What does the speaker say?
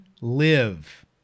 live